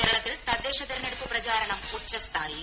കേരളത്തിൽ തദ്ദേശ തെരഞ്ഞെടുപ്പ് പ്രചാരണം ഉച്ചസ്ഥായിയിൽ